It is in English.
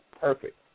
perfect